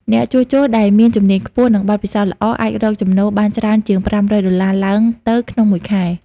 អ្នកជួសជុលដែលមានជំនាញខ្ពស់ និងបទពិសោធន៍ល្អអាចរកចំណូលបានច្រើនជាង ៥០០ ដុល្លារឡើងទៅក្នុងមួយខែ។